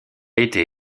été